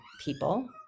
people